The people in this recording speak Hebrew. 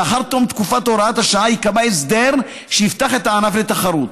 שלאחר תום תקופת הוראת השעה ייקבע הסדר שיפתח את הענף לתחרות.